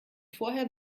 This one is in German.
vorher